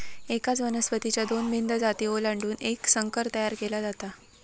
एकाच वनस्पतीच्या दोन भिन्न जाती ओलांडून एक संकर तयार केला जातो